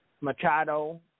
Machado